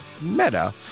Meta